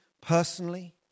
personally